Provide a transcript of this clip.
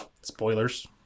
Spoilers